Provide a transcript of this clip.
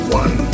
one